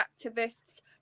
activists